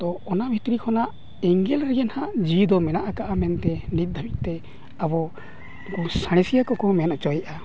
ᱛᱳ ᱚᱱᱟ ᱵᱷᱤᱛᱨᱤ ᱠᱷᱚᱱᱟᱜ ᱮᱸᱜᱮᱞ ᱨᱮᱜᱮ ᱦᱟᱸᱜ ᱡᱤᱣᱤ ᱫᱚ ᱢᱮᱱᱟᱜ ᱟᱠᱟᱫᱟ ᱢᱮᱱᱛᱮ ᱱᱤᱛ ᱫᱷᱟᱹᱵᱤᱡᱛᱮ ᱟᱵᱚ ᱥᱟᱬᱮᱥᱤᱭᱟᱹ ᱠᱚᱠᱚ ᱢᱮᱱ ᱦᱚᱪᱚᱭᱮᱫᱼᱟ